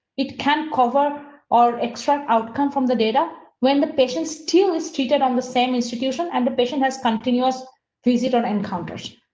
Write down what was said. it can cover or extract outcome from the data. when the patient's team is treated on the same institution and the patient has continuous visit on encompass.